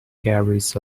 carries